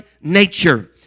nature